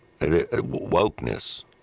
Wokeness